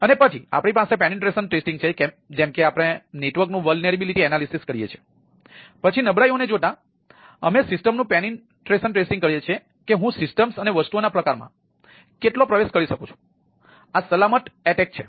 અને પછી આપણી પાસે પેનિટ્રેશન ટેસ્ટિંગ મૂકે છે